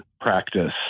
practice